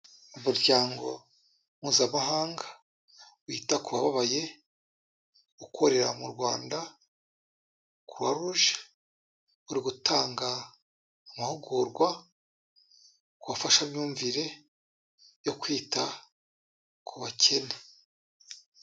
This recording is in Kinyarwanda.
Umuryango Mpuzamahanga wita ku bababaye ukorera mu Rwanda croix rouge, uri gutanga amahugurwa ku bafashamyumvire yo kwita ku bakene.